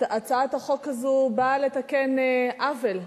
הצעת החוק הזאת באה לתקן עוול.